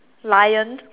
lion